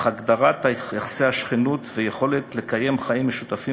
אך הגדרת יחסי השכנות והיכולת לקיים חיים משותפים